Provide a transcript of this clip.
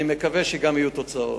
אני מקווה שגם יהיו תוצאות.